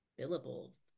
billables